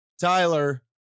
Tyler